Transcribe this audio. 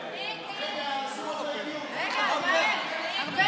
רגע, אנשים עוד לא הגיעו.